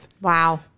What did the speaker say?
Wow